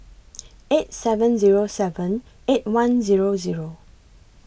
eight seven Zero seven eight one Zero Zero